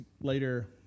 later